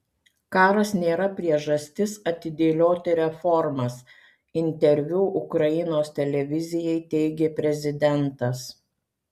karas nėra priežastis atidėlioti reformas interviu ukrainos televizijai teigė prezidentas